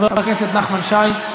חבר הכנסת נחמן שי.